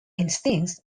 instincts